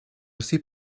aussi